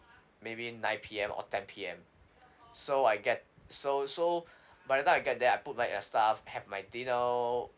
maybe nine P_M or ten P_M so I get so so by the time I get there I put back the stuff have my dinner